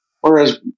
Whereas